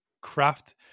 craft